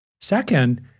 Second